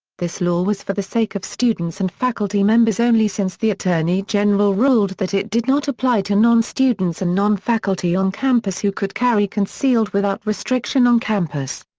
this law was for the sake of students and faculty members only since the attorney general ruled that it did not apply to non-students and non-faculty on campus who could carry concealed without restriction on campus.